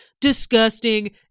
disgusting